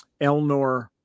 Elnor